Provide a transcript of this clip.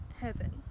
heaven